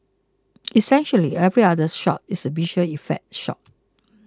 essentially every other shot is a visual effect shot